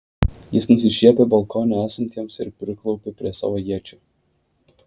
jis nusišiepė balkone esantiems ir priklaupė prie savo iečių